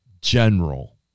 General